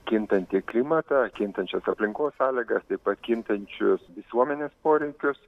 kintantį klimatą kintančias aplinkos sąlygas taip pat kintančius visuomenės poreikius